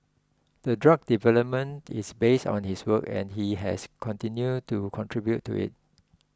the drug development is based on his work and he has continued to contribute to it